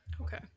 Okay